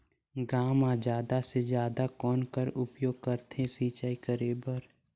गांव म जादा से जादा कौन कर उपयोग करथे सिंचाई करे बर?